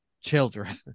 children